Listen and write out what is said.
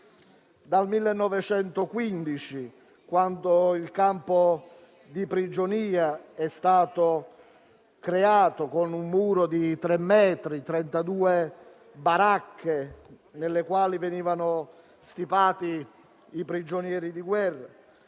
nel 1915, quando il campo di prigionia è stato creato erigendo un muro di tre metri e con 32 baracche nelle quali venivano stipati i prigionieri di guerra;